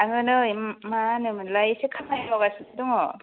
आङो नै मा होनोमोनलाय एसे खामानि मावगासिनो दङ